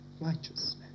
Righteousness